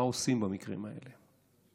מה עושים במקרים האלה?